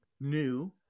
new